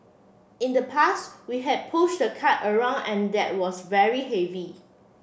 in the past we had push the cart around and that was very heavy